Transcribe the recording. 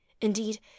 Indeed